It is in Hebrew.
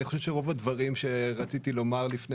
אני חושב שרוב הדברים שרציתי לומר בפני